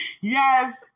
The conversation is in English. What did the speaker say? Yes